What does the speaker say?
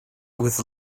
with